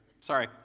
Sorry